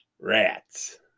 Rats